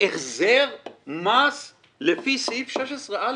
החזר מס לפי סעיף 16א,